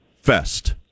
Fest